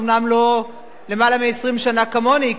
אומנם לא למעלה מ-20 שנה כמוני,